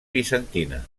bizantina